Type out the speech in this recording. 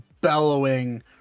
bellowing